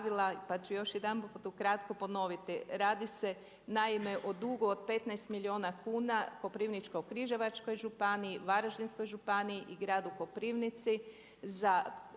pa ću još jedanput ukratko ponoviti. Radi se naime o dugu od 15 milijuna kuna Koprivničko-križevačkoj županiji, Varaždinskoj županiji i Gradu Koprivnici za